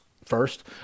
First